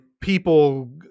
people